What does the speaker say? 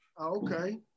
Okay